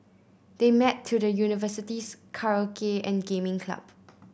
they met through the University's karaoke and gaming club